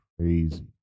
crazy